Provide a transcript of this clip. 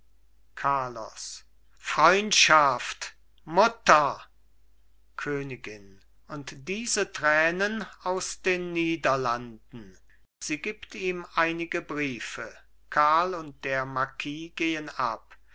carlos freundschaft mutter königin und diese tränen aus den niederlanden sie gibt ihm einige briefe karl und der marquis gehen ab